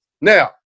Now